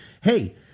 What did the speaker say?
Hey